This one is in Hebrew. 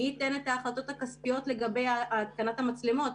מי ייתן את ההחלטות הכספיות לגבי התקנת המצלמות?